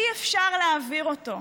אי-אפשר להעביר אותו.